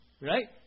Right